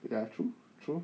ya true true